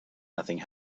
nothing